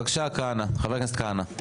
בבקשה, חבר הכנסת כהנא.